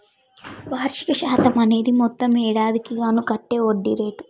వార్షిక శాతం అనేది మొత్తం ఏడాదికి గాను కట్టే వడ్డీ రేటు